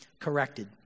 corrected